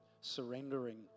surrendering